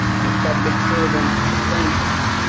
the public servants' pensions.